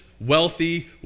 wealthy